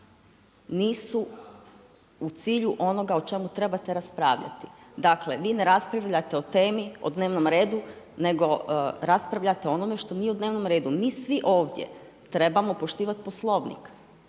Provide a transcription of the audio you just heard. nisu u cilju onoga o čemu trebate raspravljati. Dakle, vi ne raspravljate o temi, o dnevnom redu nego raspravljate o onome što nije u dnevnom redu. Mi svi ovdje trebamo poštivati Poslovnik.